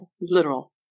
literal